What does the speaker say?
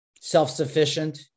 self-sufficient